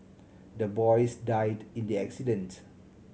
the boys died in the accident